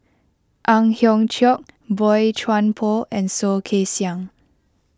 Ang Hiong Chiok Boey Chuan Poh and Soh Kay Siang